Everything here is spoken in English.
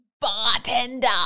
bartender